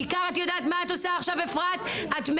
עכשיו, אפרת?